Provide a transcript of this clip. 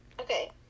Okay